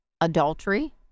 adultery